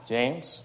James